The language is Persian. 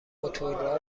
موتورا